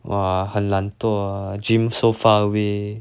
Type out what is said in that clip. !wah! 很懒惰 ah gym so far away